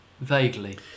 Vaguely